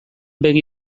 begi